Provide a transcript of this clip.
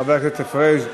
חבר הכנסת פריג'.